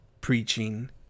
preaching